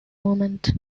moment